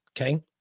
okay